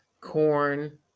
corn